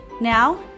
Now